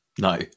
No